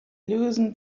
loosened